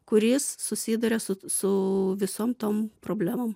kuris susiduria su su visom tom problemom